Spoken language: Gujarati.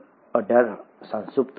C18 સંતૃપ્ત હોય છે